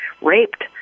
raped